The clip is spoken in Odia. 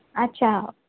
ଆଚ୍ଛା ହଁ